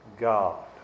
God